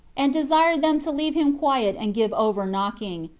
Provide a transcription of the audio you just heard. and desired them to leave him quiet and give over knocking,